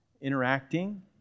interacting